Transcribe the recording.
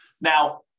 Now